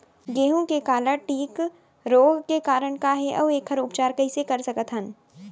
गेहूँ के काला टिक रोग के कारण का हे अऊ एखर उपचार कइसे कर सकत हन?